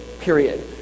period